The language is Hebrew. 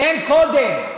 הם קודם.